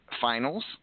Finals